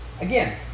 Again